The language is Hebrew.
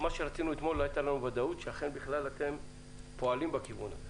אתמול לא הייתה לנו ודאות שאכן בכלל אתם פועלים בכיוון הזה.